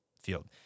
field